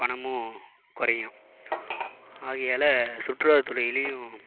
பணமும் குறையும் ஆகையால் சுற்றுலாத்துறையிலேயும்